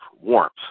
warmth